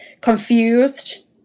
confused